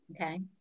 Okay